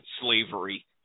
slavery